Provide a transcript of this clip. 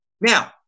Now